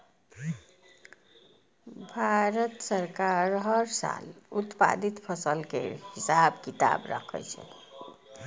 भारत सरकार हर साल उत्पादित फसल केर हिसाब किताब राखै छै